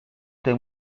têm